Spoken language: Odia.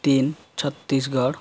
ତିନି ଛତିଶଗଡ଼